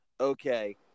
okay